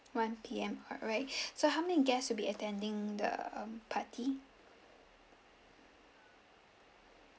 one P_M alright so how many guest will be attending the um party